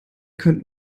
könnt